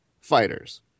fighters